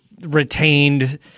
retained